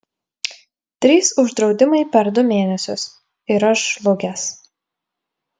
trys uždraudimai per du mėnesius ir aš žlugęs